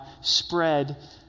spread